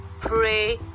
pray